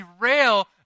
derail